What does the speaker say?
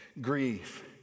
grief